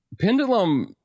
Pendulum